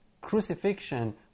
crucifixion